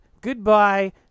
goodbye